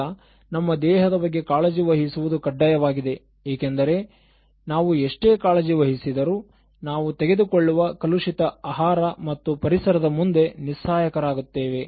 ಈಗ ನಮ್ಮ ದೇಹದ ಬಗ್ಗೆ ಕಾಳಜಿ ವಹಿಸುವುದು ಕಡ್ಡಾಯವಾಗಿದೆ ಏಕೆಂದರೆ ನಾವು ಎಷ್ಟೇ ಕಾಳಜಿ ವಹಿಸಿದರು ನಾವು ತೆಗೆದುಕೊಳ್ಳುವ ಕಲುಷಿತ ಆಹಾರ ಮತ್ತು ಪರಿಸರದ ಮುಂದೆ ನಿಸ್ಸಹಾಯಕ ರಾಗುತ್ತೇವೆ